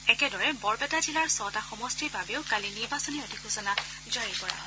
একেদৰে বৰপেটা জিলাৰ ছটা সমষ্টিৰ বাবেও কালি নিৰ্বাচনী অধিসূচনা জাৰি কৰা হয়